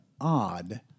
odd